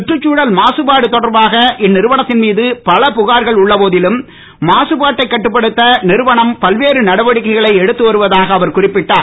கற்றுச்சூழல் மாசுபாடு தொடர்பாக இந்நிறுவனத்தின் மீது பல புகார்கள் உள்ள போதிலும் மாசுபாட்டைக் கட்டுப்படுத்த நிறவனம் பல்வேறு நடவடிக்கைகளை எடுத்து வருவதாக அவர் குறிப்பிட்டார்